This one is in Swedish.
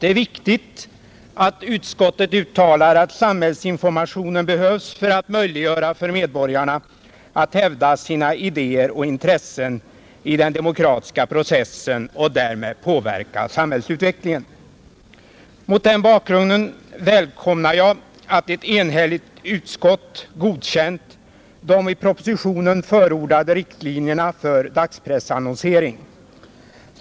Det är viktigt att utskottet uttalar att samhällsinformation behövs för att möjliggöra för medborgarna att hävda sina idéer och intressen i den demokratiska processen och därmed påverka samhällsutvecklingen. Mot den bakgrunden välkomnar jag att ett enhälligt utskott godkänt de i propositionen förordade riktlinjerna för dagspressannonsering.